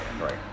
Right